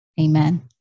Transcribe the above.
Amen